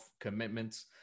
commitments